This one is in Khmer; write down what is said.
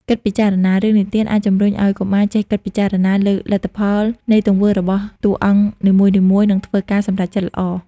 គិតពិចារណា រឿងនិទានអាចជំរុញឱ្យកុមារចេះគិតពិចារណាលើលទ្ធផលនៃទង្វើរបស់តួអង្គនីមួយៗ និងធ្វើការសម្រេចចិត្តល្អ។